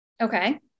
Okay